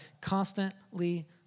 constantly